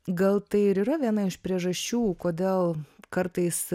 gal tai ir yra viena iš priežasčių kodėl kartais